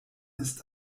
ist